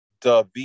David